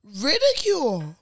ridicule